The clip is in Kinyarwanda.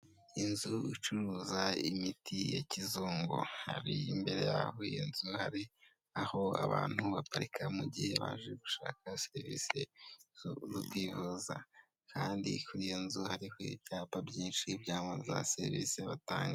Inzu icuruza imiti ya kizungu, hari imbere y'aho iyiyo nzu hari aho abantu baparika mu gihe baje gushaka serivisi zokwivuza kandi kuri iyo nzu hariho ibyapa byinshi byamaza serivisi batanga.